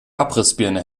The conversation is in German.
abrissbirne